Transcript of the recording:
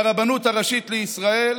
והרבנות הראשית לישראל